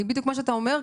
בדיוק מה שאתה ואמר,